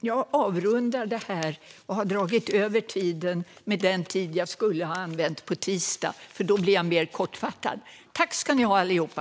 Jag avrundar detta och har dragit över min talartid med den tid jag skulle ha använt på tisdag, för då kommer jag att fatta mig kortare. Tack ska ni ha, allihopa!